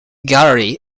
gallery